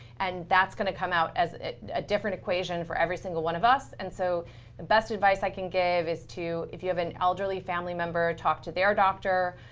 and that's going to come out as a ah different equation for every single one of us. and so the best advice i can give is to, if you have an elderly family member, talk to their doctor.